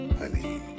honey